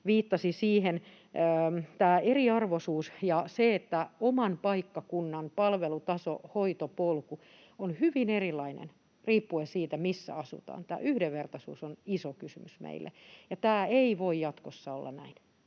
viittasi siihen. Tämä eriarvoisuus, se, että oman paikkakunnan palvelutaso, hoitopolku, on hyvin erilainen riippuen siitä, missä asutaan, ja tämä yhdenvertaisuus on iso kysymys meille, ja tämä ei voi jatkossa olla näin.